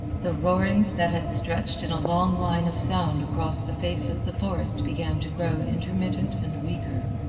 the roarings that had stretched in a long line of sound across the face of the forest began to grow intermittent and weaker.